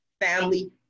family